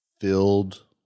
filled